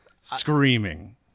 Screaming